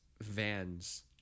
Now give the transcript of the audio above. vans